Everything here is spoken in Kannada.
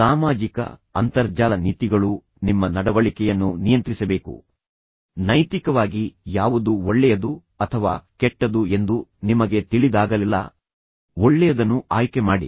ಸಾಮಾಜಿಕ ಅಂತರ್ಜಾಲ ನೀತಿಗಳು ನಿಮ್ಮ ನಡವಳಿಕೆಯನ್ನು ನಿಯಂತ್ರಿಸಬೇಕು ನೈತಿಕವಾಗಿ ಯಾವುದು ಒಳ್ಳೆಯದು ಅಥವಾ ಕೆಟ್ಟದು ಎಂದು ನಿಮಗೆ ತಿಳಿದಾಗಲೆಲ್ಲಾ ಒಳ್ಳೆಯದನ್ನು ಆಯ್ಕೆ ಮಾಡಿ